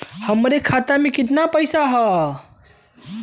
हमरे खाता में कितना पईसा हौ?